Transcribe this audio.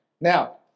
Now